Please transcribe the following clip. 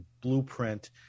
blueprint